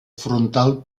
frontal